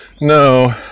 No